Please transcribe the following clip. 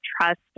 trust